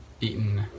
eaten